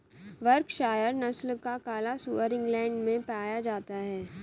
Berkshire नस्ल का काला सुअर इंग्लैण्ड में पाया जाता है